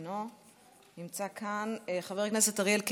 אינו נמצא כאן, חבר הכנסת אריאל קלנר,